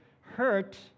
hurt